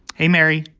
hey, mary.